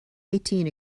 eighteen